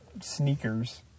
sneakers